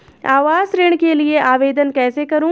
आवास ऋण के लिए आवेदन कैसे करुँ?